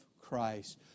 Christ